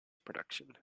production